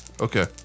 Okay